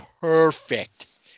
perfect